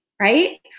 right